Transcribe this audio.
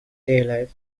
daylight